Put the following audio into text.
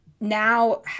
Now